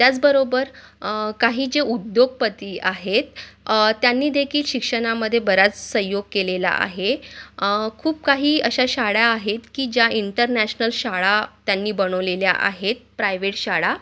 त्याचबरोबर काही जे उद्योगपती आहेत त्यांनी देखील शिक्षणामध्ये बऱ्याच संयोग केलेला आहे खूप काही अशा शाळा आहेत की ज्या इंटरनॅशनल शाळा त्यांनी बनवलेल्या आहेत प्रायवेट शाळा